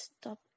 stop